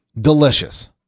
delicious